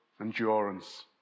endurance